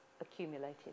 accumulated